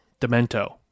Demento